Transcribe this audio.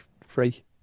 free